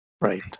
right